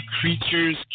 creatures